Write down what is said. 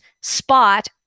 spot